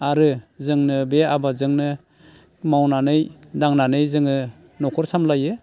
आरो जोंनो बे आबादजोंनो मावनानै दांनानै जोङो न'खर सामलायो